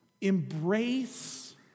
Embrace